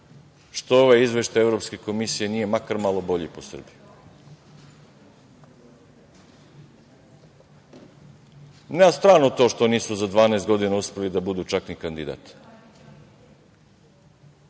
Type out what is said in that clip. što ovaj Izveštaj Evropske komisije nije makar malo bolji po Srbiju. Na stranu to što nisu za 12 godina uspeli da budu čak ni kandidati. Koje